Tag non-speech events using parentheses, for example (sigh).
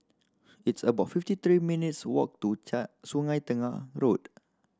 it's about fifty three minutes walk to (unintelligible) Sungei Tengah Road